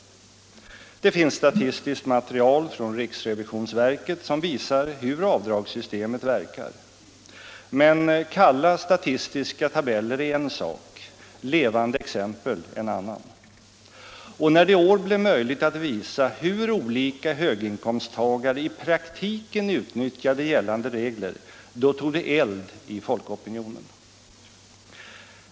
Det finns statistiskt material från riksrevisionsverket som visar hur avdragssystemet verkar. Men kalla statistiska tabeller är en sak, levande exempel en annan. Och när det i år blev möjligt att visa hur olika höginkomsttagare i praktiken utnyttjade gällande regler, då tog det eld i folkopinionen.